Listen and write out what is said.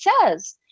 says